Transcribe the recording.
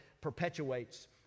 perpetuates